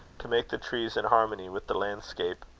to make the trees in harmony with the landscape.